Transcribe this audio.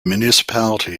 municipality